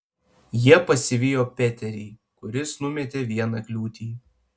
jie pasivijo peterį kuris numetė vieną kliūtį